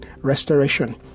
restoration